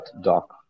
doc